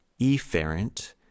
efferent